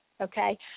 Okay